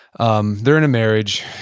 um they're in a marriage.